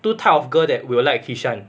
two type of girl that we will like kishan